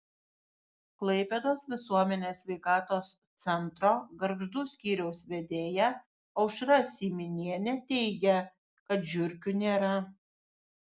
klaipėdos visuomenės sveikatos centro gargždų skyriaus vedėja aušra syminienė teigia kad žiurkių nėra